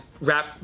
rap